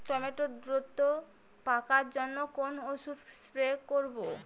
Tomato দ্রুত পাকার জন্য কোন ওষুধ স্প্রে করব?